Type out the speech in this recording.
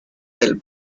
del